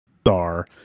star